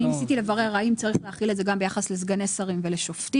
אני ניסיתי לברר האם צריכים להחיל את זה גם ביחס לסגני שרים ולשופטים,